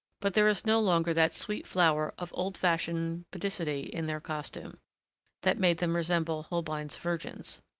but there is no longer that sweet flower of old-fashioned pudicity in their costume that made them resemble holbein's virgins.